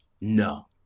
No